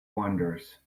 wonders